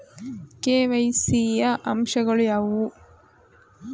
KYC ಯ ಅಂಶಗಳು ಯಾವುವು?